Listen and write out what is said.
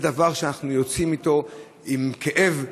זה דבר שאנחנו יוצאים איתו עם כאב,